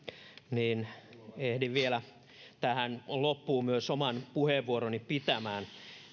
niin ehdin vielä tähän loppuun myös oman puheenvuoroni pitämään